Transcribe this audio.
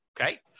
Okay